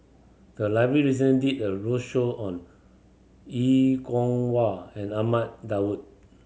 the library recently did a roadshow on Er Kwong Wah and Ahmad Daud